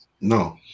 No